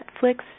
Netflix